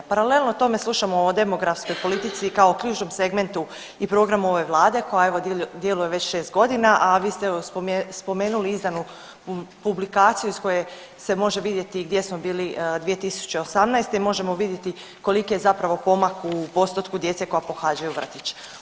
Paralelno tome slušamo o demografskoj politici kao ključnom segmentu i programu ove vlade koja evo djeluje već 6 godina, a vi ste evo spomenuli izdanu publikaciju iz koje se može vidjeti gdje smo bili 2018. i možemo vidjeti koliki je zapravo pomak u postotku djece koja pohađaju vrtić.